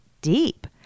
deep